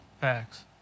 Facts